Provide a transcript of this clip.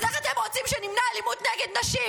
אז איך אתם רוצים שנמנע אלימות נגד נשים